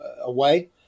away